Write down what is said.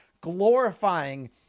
glorifying